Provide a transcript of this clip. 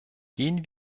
gehen